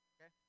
Okay